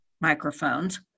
microphones